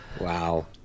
Wow